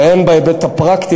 והן בהיבט הפרקטי,